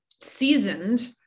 seasoned